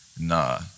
nah